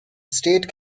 state